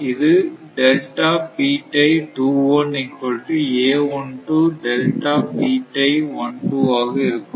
இது ஆக இருக்கும்